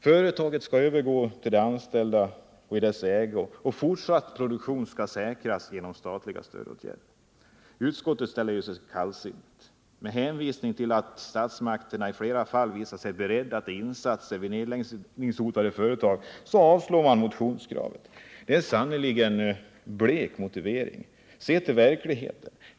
Företaget skall övergå i de anställdas ägo, och fortsatt produktion skall säkras genom statliga stödåtgärder. Utskottet ställer sig kallsinnigt. Med hänvisning till att statsmakterna i flera fall visat sig beredda till insatser vid nedläggningshotade företag avstyrks motionskravet. Det är sannerligen en blek motivering. Se till verkligheten!